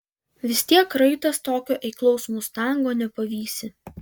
vis tiek raitas tokio eiklaus mustango nepavysi